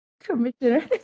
Commissioner